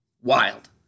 wild